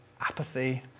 apathy